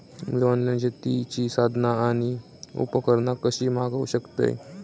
मी online शेतीची साधना आणि उपकरणा कशी मागव शकतय?